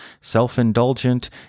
self-indulgent